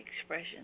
expression